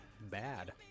Bad